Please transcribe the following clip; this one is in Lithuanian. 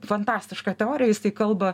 fantastišką teoriją jisai kalba